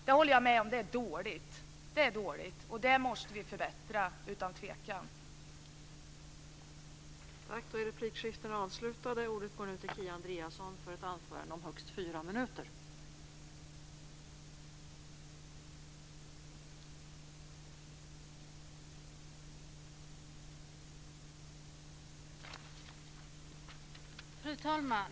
Jag håller med om att det är dåligt, och det måste vi utan tvekan förbättra.